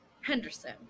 henderson